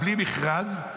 בלי מכרז,